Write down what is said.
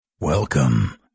Welcome